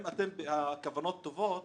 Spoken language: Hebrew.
אם הכוונות טובות,